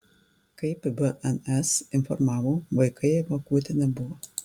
kaip bns informavo vaikai evakuoti nebuvo